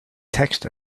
text